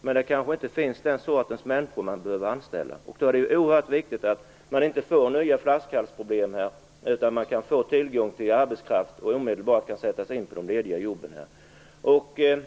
men de kanske inte kan få tag på den sorts människor som de behöver anställa. Det är oerhört viktigt att man inte får nya flaskhalsproblem, utan att man får tillgång till arbetskraft som omedelbart kan sättas in på de lediga jobben.